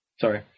Sorry